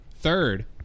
third